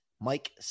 Mike